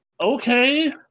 Okay